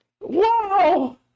Wow